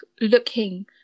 looking